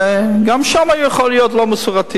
גם שם זה יכול להיות לא מסורתי,